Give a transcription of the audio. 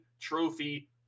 Trophy